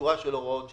שורה של הוראות שעה,